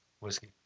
Whiskey